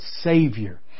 Savior